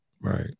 Right